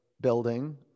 building